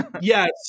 Yes